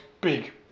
Big